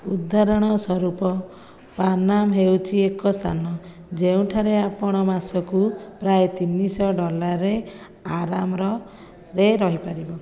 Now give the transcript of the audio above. ଉଦାହରଣ ସ୍ୱରୂପ ପାାନମ୍ ହେଉଛି ଏକ ସ୍ଥାନ ଯେଉଁଠାରେ ଆପଣ ମାସକୁ ପ୍ରାୟ ତିନିଶହ ଡ଼ଲାରରେ ଆରାମରେ ରହିପାରିବ